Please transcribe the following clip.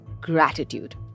gratitude